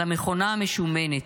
על המכונה המשומנת,